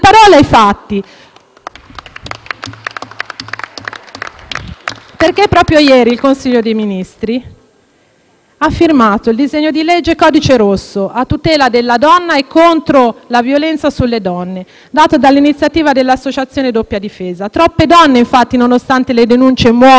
Proprio ieri, il Consiglio dei ministri, infatti, ha firmato il disegno di legge "Codice rosso" a tutela della donna e contro la violenza sulle donne, nato dall'iniziativa della Fondazione Doppia Difesa. Troppe donne, infatti, nonostante le denunce, muoiono o continuano a subire maltrattamenti in attesa di giudizio.